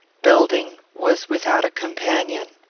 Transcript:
belding was without a companion.